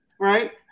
right